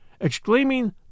exclaiming